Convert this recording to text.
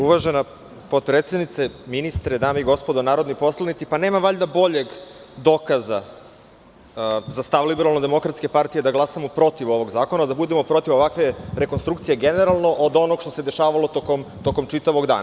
Uvažena potpredsednice, ministre, dame i gospodo narodni poslanici, nema valjda boljeg dokaza za stav LDP da glasamo protiv ovog zakona, da budemo protiv ovakve rekonstrukcije generalno, od onog što se dešavalo tokom čitavog dana.